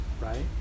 Right